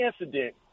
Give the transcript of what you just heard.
incident